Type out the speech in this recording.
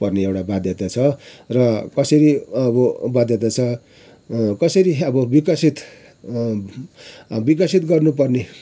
पर्ने एउटा बाध्यता छ र कसरी अब बाध्यता छ कसरी अब विकसित विकसित गर्नु पर्ने